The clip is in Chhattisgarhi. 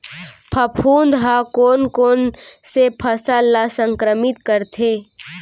फफूंद ह कोन कोन से फसल ल संक्रमित करथे?